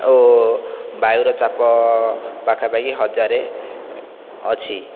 ଓ ବାୟୁର ଚାପ ପାଖାପାଖି ହଜାର ଅଛି